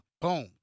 Boom